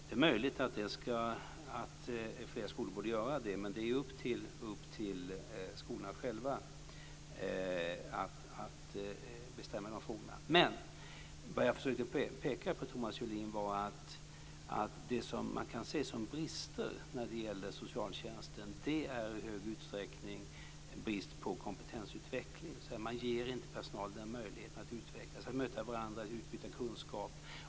Det är möjligt att fler skolor borde göra det, men det är upp till skolorna själva att bestämma i de frågorna. Jag försökte peka på att vad som kan ses som brister i socialtjänsten i hög utsträckning är brist på kompetensutveckling. Personalen ges inte möjlighet att utveckla sig, möta varandra och utbyta kunskap.